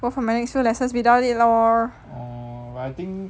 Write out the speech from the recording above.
go for my next few lessons without it lor